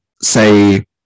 say